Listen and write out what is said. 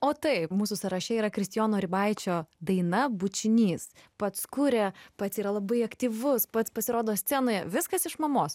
o taip mūsų sąraše yra kristijono ribaičio daina bučinys pats kuria pats yra labai aktyvus pats pasirodo scenoje viskas iš mamos